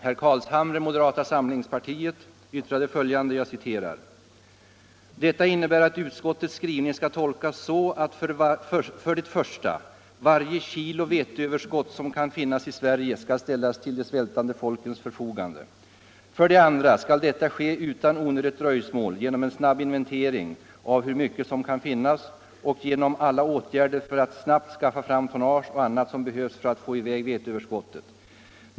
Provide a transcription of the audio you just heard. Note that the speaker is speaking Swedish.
Herr Carlshamre, moderata samlingspartiet, yttrade följande: ”Detta innebär att utskottets skrivning skall tolkas så att för det första varje kilo veteöverskott som kan finnas i Sverige skall ställas till de svältande folkens förfogande. För det andra skall detta ske utan onödigt dröjsmål genom en snabb inventering av hur mycket som kan finnas och genom alla åtgärder för att snabbt skaffa fram tonnage och annat som behövs för att få i väg veteöverskottet.